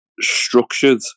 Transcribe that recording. structured